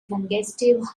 congestive